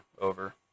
Over